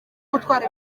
gutwara